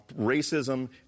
racism